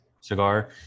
cigar